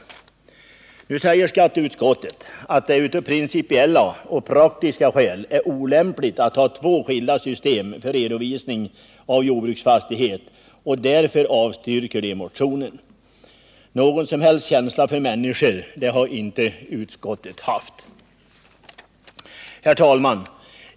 Nu säger skatteutskottet att det av principiella och praktiska skäl är olämpligt att ha två skilda system för redovisning av inkomst av jordbruksfastighet och därför avstyrker man motionen. Någon som helst känsla för människor har inte utskottet haft. Herr talman!